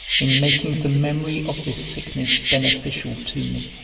in making the memory of this sickness beneficial to me